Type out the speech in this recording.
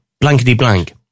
blankety-blank